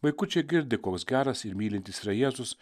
vaikučiai girdi koks geras ir mylintis yra jėzus